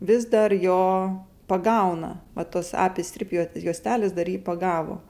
vis dar jo pagauna va tos apistrip juo juostelės dar jį pagavo